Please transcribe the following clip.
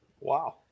Wow